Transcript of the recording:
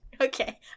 Okay